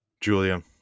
Julia